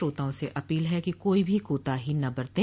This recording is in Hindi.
श्रोताओं से अपील है कि कोई भी कोताही न बरतें